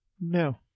No